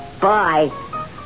Bye